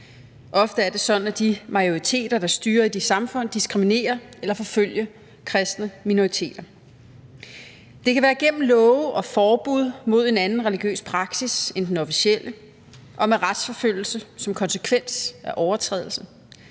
Ofte er det sådan, at de majoriteter, der styrer de samfund, diskriminerer eller forfølger kristne minoriteter. Det kan være gennem love og forbud mod en anden religiøs praksis end den officielle og med retsforfølgelse som konsekvens af overtrædelsen;